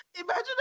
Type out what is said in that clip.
Imagine